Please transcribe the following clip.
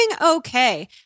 okay